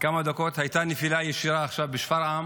כמה דקות, עכשיו, הייתה נפילה ישירה בשפרעם,